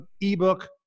ebook